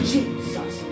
Jesus